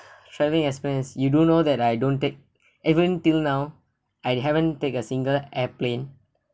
travelling expense you do know that I don't take even till now I haven't take a single airplane